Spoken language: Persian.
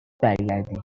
برگردیم